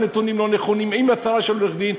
נתונים לא נכונים עם הצהרה של עורך-דין,